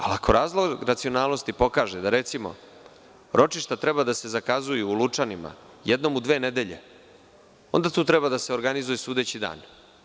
Ali, ako razlog racionalnosti pokaže da, recimo, ročišta treba da se zakazuju u Lučanima jednom u dve nedelje, onda tu treba da se organizuju sudeći dani.